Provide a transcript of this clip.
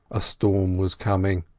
a storm was coming,